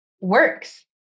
works